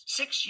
six